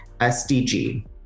SDG